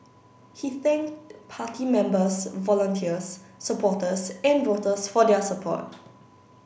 he thanked party members volunteers supporters and voters for their support